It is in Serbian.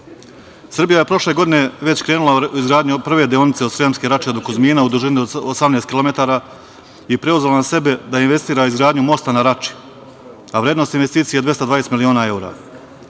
Turske. Srbija je prošle godine već krenula u izgradnju prve deonice od Sremske Rače do Kuzmina u dužini od 18 kilometara i preuzela na sebe da investira izgradnju mosta na Rači, a vrednost investicije je 220 miliona